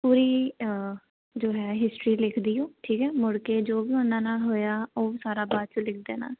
ਪੂਰੀ ਜੋ ਹੈ ਹਿਸਟਰੀ ਲਿਖ ਦਿਓ ਠੀਕ ਹੈ ਮੁੜ ਕੇ ਜੋ ਵੀ ਉਹਨਾਂ ਨਾਲ ਹੋਇਆ ਉਹ ਸਾਰਾ ਬਾਅਦ 'ਚ ਲਿਖ ਦੇਣਾ